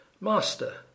Master